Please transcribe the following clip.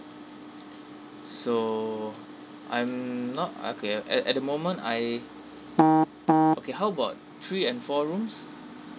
so I'm not okay at at the moment I okay how about three and four rooms